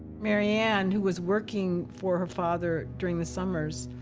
maryanne, who was working for her father during the summers,